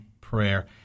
prayer